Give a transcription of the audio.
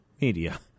Media